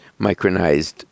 micronized